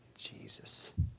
Jesus